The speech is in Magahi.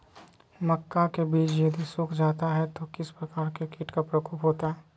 मक्का के बिज यदि सुख जाता है तो किस प्रकार के कीट का प्रकोप होता है?